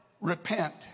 Repent